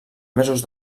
mesos